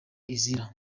izira